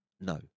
no